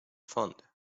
fund